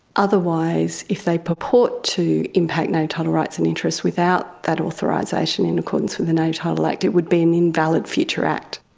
otherwise if they purport to impact native title rights and interests without that authorisation in accordance with the native title act, it would be an invalid future act.